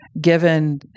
given